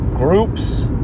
Groups